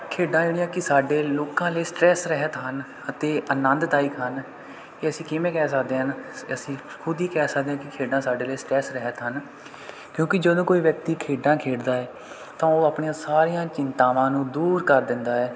ਖੇਡਾਂ ਜਿਹੜੀਆਂ ਕਿ ਸਾਡੇ ਲੋਕਾਂ ਲਈ ਸਟਰੈਸ ਰਹਿਤ ਹਨ ਅਤੇ ਆਨੰਦਾਇਕ ਹਨ ਕਿ ਅਸੀਂ ਕਿਵੇਂ ਕਹਿ ਸਕਦੇ ਹਨ ਅਸੀਂ ਖੁਦ ਹੀ ਕਹਿ ਸਕਦੇ ਹਾਂ ਕਿ ਖੇਡਾਂ ਸਾਡੇ ਲਈ ਸਟਰੈਸ ਰਹਿਤ ਹਨ ਕਿਉਂਕਿ ਜਦੋਂ ਕੋਈ ਵਿਅਕਤੀ ਖੇਡਾਂ ਖੇਡਦਾ ਹੈ ਤਾਂ ਉਹ ਆਪਣੀਆਂ ਸਾਰੀਆਂ ਚਿੰਤਾਵਾਂ ਨੂੰ ਦੂਰ ਕਰ ਦਿੰਦਾ ਹੈ